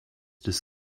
des